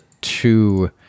two